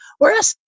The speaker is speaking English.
Whereas